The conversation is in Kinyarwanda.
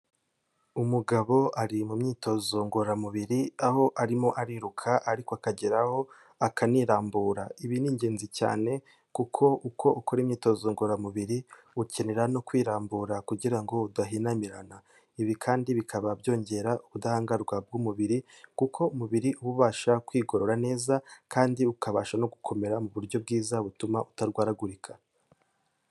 Umugabo ari mu myitozo ngororamubiri, aho arimo ariruka ariko akageraho akanirambura. Ibi ni ingenzi cyane kuko uko ukora imyitozo ngororamubiri, ukenera no kwirambura kugira ngo udahinamirana. Ibi kandi bikaba byongera ubudahangarwa bw'umubiri, kuko umubiri uba ubasha kwigorora neza, kandi ukabasha no gukomera mu buryo bwiza butuma utarwaragurika.